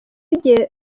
igihe